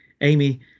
Amy